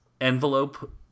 envelope